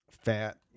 Fat